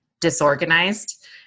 disorganized